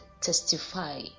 testify